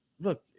look